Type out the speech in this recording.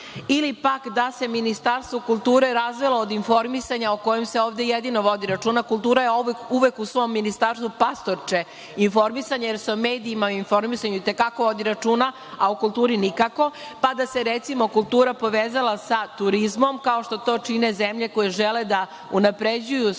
Ili, pak, da se Ministarstvo kulture razvelo od informisanja o kojem se ovde jedino vodi računa. Kultura je uvek u svom ministarstvu pastorče informisanja, jer se o medijima i informisanju i te kako vodi računa, a o kulturi nikako, pa da se recimo kultura povezala sa turizmom, kao što to čine zemlje koje žele da unapređuju svoj